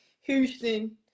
Houston